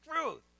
truth